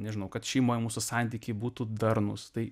nežinau kad šeimoj mūsų santykiai būtų darnūs tai